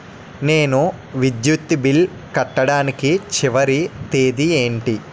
నేను విద్యుత్ బిల్లు కట్టడానికి చివరి తేదీ ఏంటి?